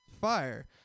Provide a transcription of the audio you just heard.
Fire